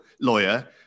lawyer